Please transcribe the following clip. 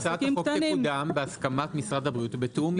הצעת החוק תקודם בהסכמת משרד הבריאות ובתיאום עם משרד הכלכלה.